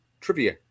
trivia